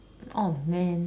oh man